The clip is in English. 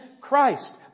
Christ